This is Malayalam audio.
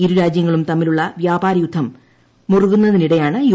ഇരുരാജ്യങ്ങളും തമ്മിലുള്ള വ്യാപാരയുദ്ധം മുറുകുന്നതിനിടെയാണ് യു